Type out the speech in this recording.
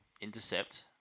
intercept